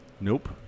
Nope